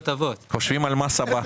חושבים על המס הבא.